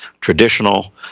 traditional